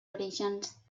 orígens